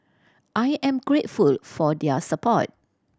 I am grateful for their support